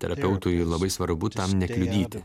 terapeutui labai svarbu tam nekliudyti